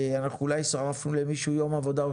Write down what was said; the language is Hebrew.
אנחנו אולי שרפנו למישהו יום עבודה או